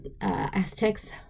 Aztecs